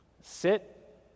Sit